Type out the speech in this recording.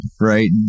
right